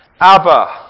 Abba